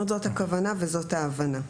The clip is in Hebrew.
זוהי הכוונה, וזוהי ההבנה.